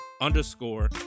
underscore